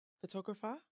Photographer